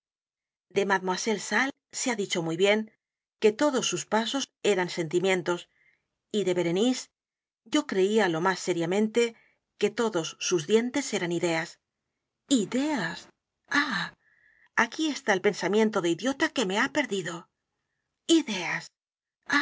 moral de mademoiselle salle se ha dicho muy bien que todos sus pasos eran sentimientos y de berenice yo creía lo más seriamente que todos sus dientes eran ideas ideas a h aquí está el pensamiento de idiota que me ha perdido ideas